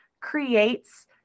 creates